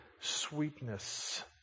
sweetness